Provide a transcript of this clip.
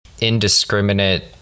indiscriminate